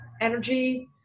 energy